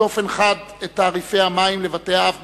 באופן חד את תעריפי המים לבתי-האב בישראל.